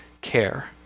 care